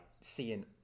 seeing